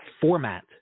format